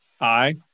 Aye